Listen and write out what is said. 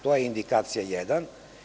To je indikacija jedan.